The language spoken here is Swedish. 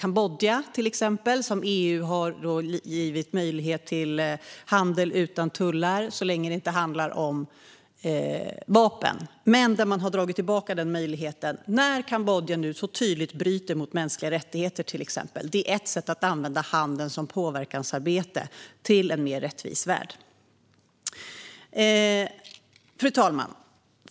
Där gav EU till exempel Kambodja möjlighet till handel utan tullar så länge det inte handlade om vapen. EU har dock dragit tillbaka den möjligheten när Kambodja nu mycket tydligt bryter mot mänskliga rättigheter. Det är ett sätt att använda handeln i påverkansarbetet för en mer rättvis värld. Fru talman!